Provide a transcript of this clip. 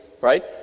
right